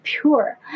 pure